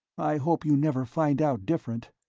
i hope you never find out different.